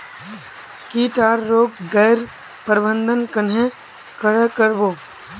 किट आर रोग गैर प्रबंधन कन्हे करे कर बो?